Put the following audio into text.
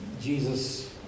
Jesus